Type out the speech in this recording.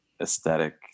aesthetic